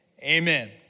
amen